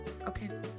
Okay